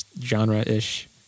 genre-ish